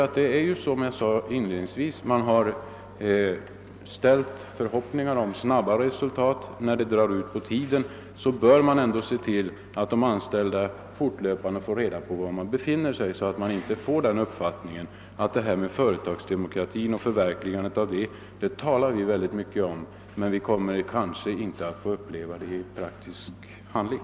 Ty det är som jag sade i mitt förra anförande: de anställda har hyst förhoppningar om snabba resultat. När det då drar ut på tiden bör man ändå se till att de anställda fortlöpande får reda på var man befinner sig, så att de inte bibringas uppfattningen att detta med företagsdemokrati är något som vi talar mycket om men som de anställda kanske inte kommer att få uppleva i praktisk handling.